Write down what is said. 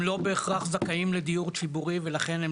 הם לא בהכרח זכאים לדיור ציבורי ולכן הם